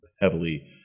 heavily